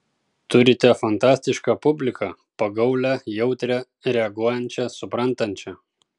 turite fantastišką publiką pagaulią jautrią reaguojančią suprantančią